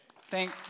thank